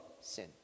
sin